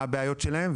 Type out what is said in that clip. מה הבעיות שלהם,